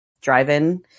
drive-in